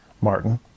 Martin